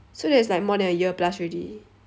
so that's like more than a year plus already